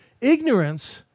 Ignorance